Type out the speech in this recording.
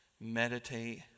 Meditate